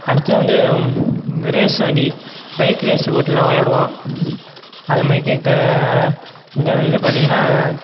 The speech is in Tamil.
அடுத்து வந்து ரேஸு வண்டி பைக்கு ரேஸ் போட்டியெலாம் விளாடுவோம் அது மாரிக்கு க இந்த இது பார்த்திங்கன்னா